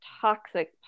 toxic